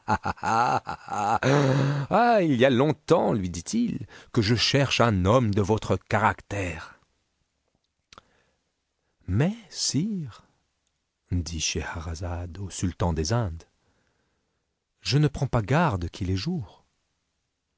il y a longtemps lui dit-il que je cherche un homme de votre caractère mais sire dit scheherazade au sultan des indes je ne prends pas garde qu'il est jour